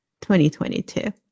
2022